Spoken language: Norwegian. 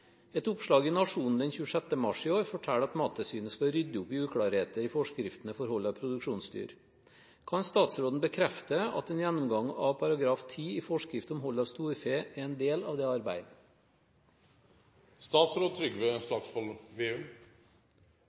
Et oppslag i Nationen den 26. mars i år forteller at Mattilsynet skal «rydde opp» i uklarheter i forskriftene for hold av produksjonsdyr. Kan statsråden bekrefte at en gjennomgang av § 10 i forskrift om hold av storfe er en del av dette arbeidet?»